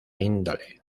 índole